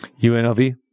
UNLV